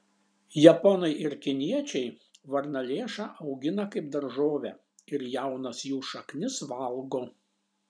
japonai ir kiniečiai varnalėšą augina kaip daržovę ir jaunas jų šaknis valgo